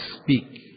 speak